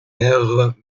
mehrere